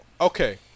Okay